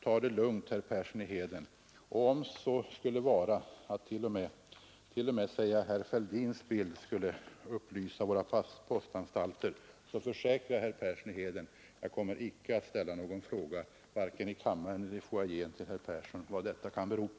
Ta det därför lugnt, herr Persson i Heden. Och om så skulle vara att en bild av herr Fälldin skulle lysa upp våra postanstalter, så kan jag försäkra att jag inte kommer att ställa någon fråga till herr Persson vare sig här i kammaren eller någon annanstans om vad detta kan bero på.